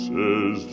Says